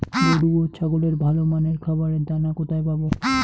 গরু ও ছাগলের ভালো মানের খাবারের দানা কোথায় পাবো?